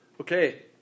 Okay